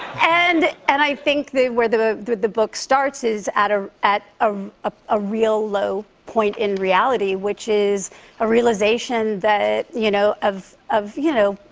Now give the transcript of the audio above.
and and i think that where the the book starts is at ah at ah ah a real low point in reality which is a realization that, you know of, you know,